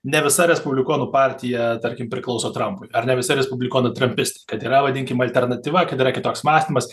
ne visa respublikonų partija tarkim priklauso trampui ar ne visi respublikonai trapistai kad yra vadinkim alternatyva kad yra kitoks mąstymas